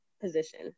position